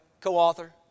co-author